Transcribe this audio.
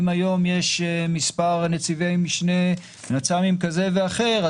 אם היום יש מספר נציבי משנה כזה ואחר,